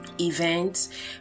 events